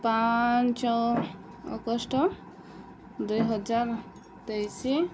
ପାଞ୍ଚ ଅଗଷ୍ଟ ଦୁଇହଜାର ତେଇଶି